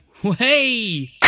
Hey